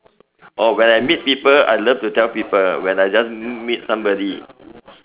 or when I meet people I love to tell people when I just meet somebody